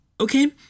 okay